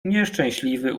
nieszczęśliwy